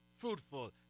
Fruitful